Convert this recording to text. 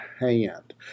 hand